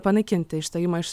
panaikinti išstojimą iš